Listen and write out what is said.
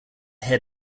head